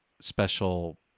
special